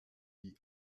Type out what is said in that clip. die